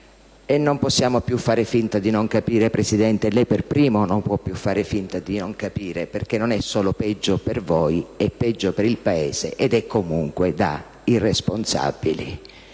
E non possiamo più fare finta di non capire, lei per primo, Presidente, non può più fare finta di non capire, perché non è solo peggio per voi, è peggio per il Paese ed è comunque da irresponsabili.